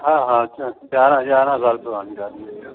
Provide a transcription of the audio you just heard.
हा हा अच्छा यारहं यारहं साल पुराणी गाॾी आहे इहा